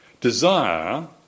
desire